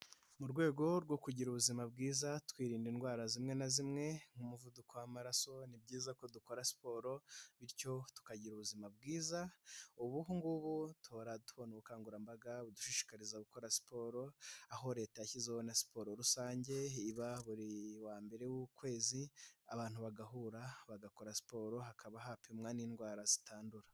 Mu rwego rwo kugira ubuzima bwiza, twirinda indwara zimwe na zimwe, nk'umuvuduko w'amaraso. Ni byiza ko dukora siporo, bityo tukagira ubuzima bwiza, ubu ngubu duhora tubona ubukangurambaga budushishikariza gukora siporo, aho Leta yashyizeho na siporo rusange, iba buri wa mbere w'ukwezi, abantu bagahura, bagakora siporo, hakaba hapimwa n'indwara zitandura.